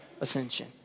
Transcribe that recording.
ascension